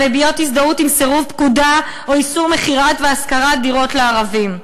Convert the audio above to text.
המביעות הזדהות עם סירוב פקודה או איסור מכירה והשכרה של דירות לערבים.